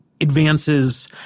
advances